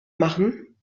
machen